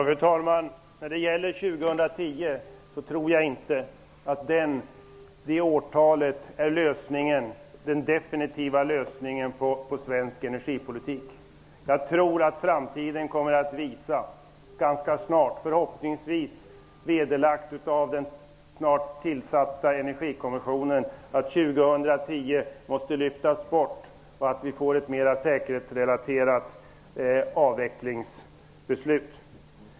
Fru talman! Jag tror inte att avveckling 2010 är den definitiva lösningen när det gäller svensk energipolitik. Jag tror att framtiden ganska snart, förhoppningsvis vederlagt av den snart tillsatta energikommissionen, kommer att visa att målet om avveckling 2010 måste lyftas bort och att vi måste få ett mera säkerhetsrelaterat avvecklingsbeslut.